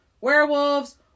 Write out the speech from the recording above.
werewolves